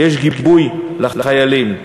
ויש גיבוי לחיילים.